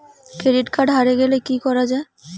Credit card হারে গেলে কি করা য়ায়?